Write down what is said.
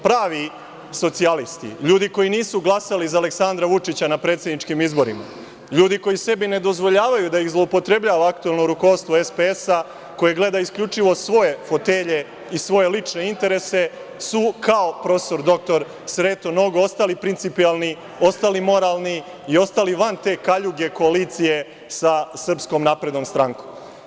Pravi socijalisti, ljudi koji nisu glasali za Aleksandra Vučića na predsedničkim izborima, ljudi koji sebi ne dozvoljavaju da ih zloupotrebljava aktuelno rukovodstvo SPS, koje gleda isključivo svoje fotelje i svoje lične interese su, kao prof. dr Sreto Nogo, ostali principijelni, ostali moralni i ostali van te kaljuge koalicije sa SNS.